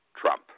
Trump